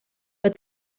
but